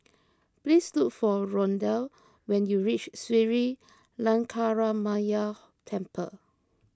please look for Rondal when you reach Sri Lankaramaya Temple